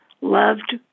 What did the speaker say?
loved